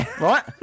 Right